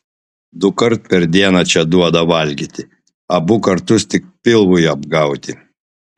dukart per dieną čia duoda valgyti abu kartus tik pilvui apgauti